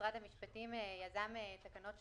אם משרד המשפטים היה אומר שזה בניגוד לחוק